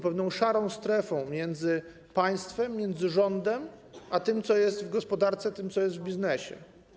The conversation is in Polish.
pewną szarą strefę między państwem, rządem, a tym, co jest w gospodarce, co jest w biznesie.